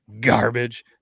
garbage